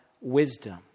Wisdom